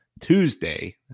tuesday